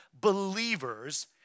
believers